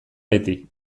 beti